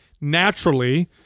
naturally